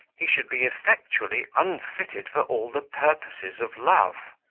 he should be effectually unfitted for all the purposes of love.